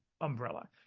umbrella